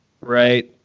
right